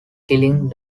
killing